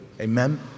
Amen